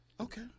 Okay